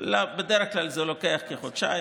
בדרך כלל זה לוקח כחודשיים.